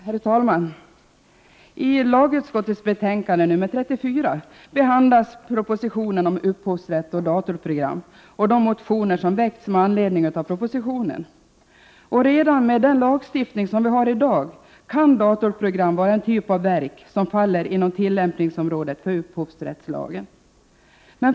Herr talman! I lagutskottets betänkande nr 34 behandlas propositionen om upphovsrätt och datorprogram och de motioner som väckts med anledning av propositionen. Redan med den lagstiftning som vi har i dag kan datorprogram vara en typ av verk som faller inom tillämpningsområdet för upphovsrättslagen.